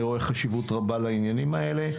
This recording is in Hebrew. אני רואה חשיבות רבה לעניינים האלה,